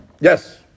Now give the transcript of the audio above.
Yes